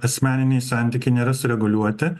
asmeniniai santykiai nėra sureguliuoti